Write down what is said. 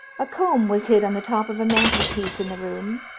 a comb was hid on the top of a mantel-piece in the room,